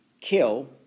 kill